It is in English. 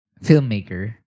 filmmaker